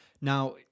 Now